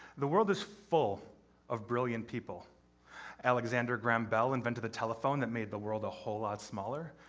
the world is full of brilliant people alexander graham bell invented the telephone that made the world a whole lot smaller.